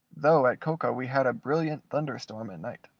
though at coca we had a brilliant thunder-storm at night.